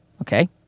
okay